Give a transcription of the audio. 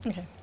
Okay